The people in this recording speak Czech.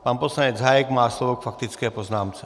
Pan poslanec Hájek má slovo k faktické poznámce.